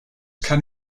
can